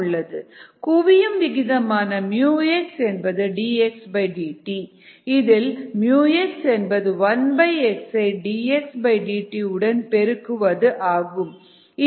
rxx or here dxdtx குவியும் விகிதமான x என்பது dxdt இதில் x என்பது 1x ஐ dxdt உடன் பெருக்குவது ஆகும்